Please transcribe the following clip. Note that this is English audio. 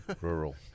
Rural